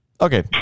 okay